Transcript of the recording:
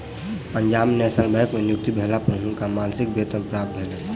Punjab national bank में नियुक्ति भेला पर हुनका मासिक वेतन प्राप्त भेलैन